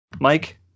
Mike